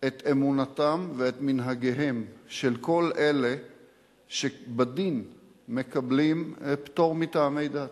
את אמונתם ואת מנהגיהם של כל אלה שבדין מקבלים פטור מטעמי דת,